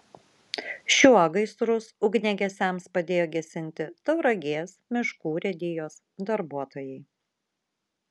šiuo gaisrus ugniagesiams padėjo gesinti tauragės miškų urėdijos darbuotojai